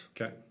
Okay